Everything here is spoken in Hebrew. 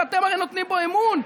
שאתם הרי נותנים בו אמון?